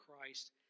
Christ